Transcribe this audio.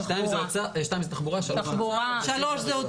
2 זה תחבורה, 3 זה אוצר.